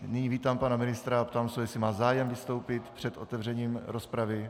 Nyní vítám pana ministra a ptám se ho, jestli má zájem vystoupit před otevřením rozpravy.